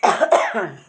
हय